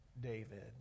David